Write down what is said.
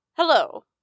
Hello